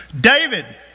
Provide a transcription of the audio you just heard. David